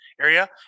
area